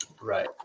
right